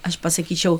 aš pasakyčiau